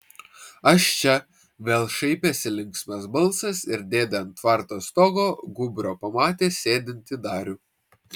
aš čia vėl šaipėsi linksmas balsas ir dėdė ant tvarto stogo gūbrio pamatė sėdintį darių